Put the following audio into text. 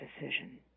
decision